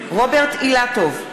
רוברט אילטוב,